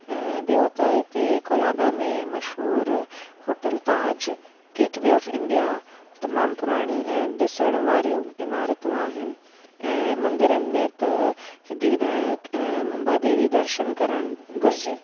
ऐं ॿियो त हिते कोलाबा में मशहूरु hotel Taj gateway of India तमामु पुराणी ऐं ॾिसणु वारियूं इमारतूं आहिनि ऐं मंदरनि में त सिद्धि विनायक ऐं मुंबा देवी दर्शन करणु घुरिजे